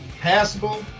Passable